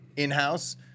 in-house